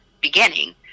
beginning